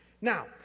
Now